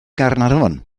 gaernarfon